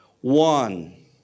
one